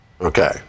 Okay